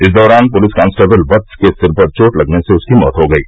इस दौरान police constable Vats के सिर पर चोट लगने से उसकी मौत हो गयी